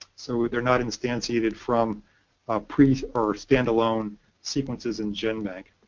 so they're not instantiated from pre or standalone sequences in genbank.